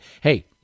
hey